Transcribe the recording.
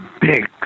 big